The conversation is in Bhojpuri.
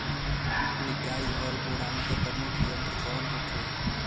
निकाई और गुड़ाई के प्रमुख यंत्र कौन होखे?